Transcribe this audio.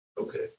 Okay